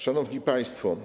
Szanowni Państwo!